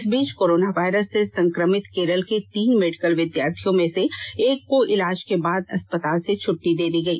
इस बीच corona virus से संक्रमित केरल के तीन मेडिकल विद्यार्थियों में से एक को इलाज के बाद अस्पताल से छट्टी दे दी गई